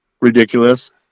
ridiculous